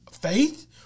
faith